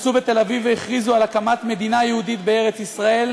התכנסו בתל-אביב והכריזו על הקמת מדינה יהודית בארץ-ישראל,